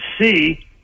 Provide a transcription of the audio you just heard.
see